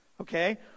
Okay